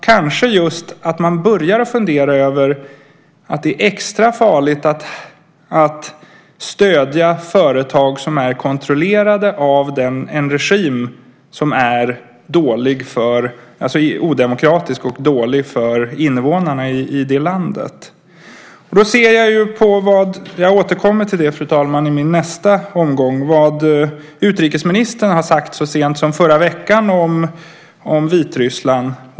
Kanske ska man fundera över om det är extra farligt att stödja företag som är kontrollerade av en regim som är odemokratisk och dålig för invånarna i det landet. Då ser jag på - jag återkommer till det i min nästa omgång, fru talman - vad utrikesministern har sagt om Vitryssland så sent som förra veckan.